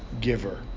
giver